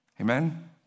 Amen